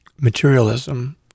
materialism